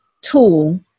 tool